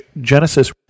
Genesis